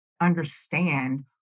understand